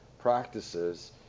practices